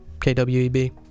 KWEB